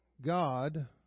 God